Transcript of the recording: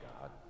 God